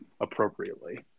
appropriately